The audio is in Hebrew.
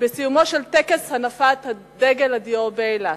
בסיומו של טקס הנפת דגל הדיו באילת.